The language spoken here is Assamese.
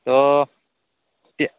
ত'